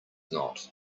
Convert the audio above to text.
not